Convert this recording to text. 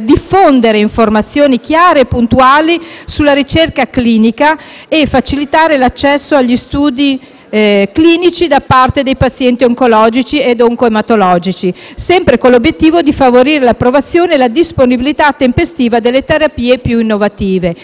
diffondere informazioni chiare e puntuali sulla ricerca clinica e facilitare l'accesso agli studi clinici da parte dei pazienti oncologici ed oncoematologici, sempre con l'obiettivo di favorire l'approvazione e la disponibilità tempestiva delle terapie più innovative.